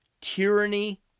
tyranny